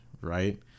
Right